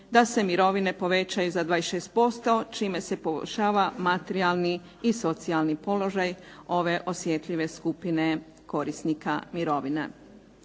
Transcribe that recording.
da se mirovine povećaju za 26% čime se poboljšava materijalni i socijalni položaj ove osjetljive skupine korisnika mirovina.